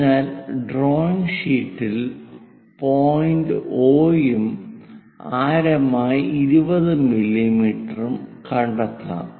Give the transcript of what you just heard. അതിനാൽ ഡ്രോയിംഗ് ഷീറ്റിൽ point O ഉം ആരമായി 20 മില്ലീമീറ്ററും കണ്ടെത്താം